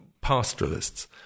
pastoralists